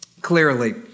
clearly